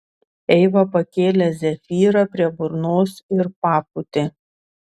eiva pakėlė zefyrą prie burnos ir papūtė